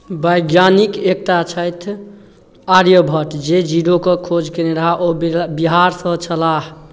वैज्ञानिक एकटा छथि आर्यभट्ट जे जीरोके खोज कयने रहय ओ बिरा बिहारसँ छलाह